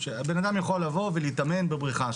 בן-אדם יכול לבוא ולהתאמן בבריכה,